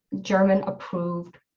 German-approved